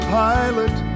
pilot